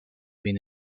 been